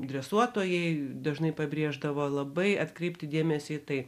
dresuotojai dažnai pabrėždavo labai atkreipti dėmesį tai